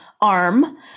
Arm